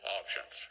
options